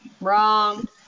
wrong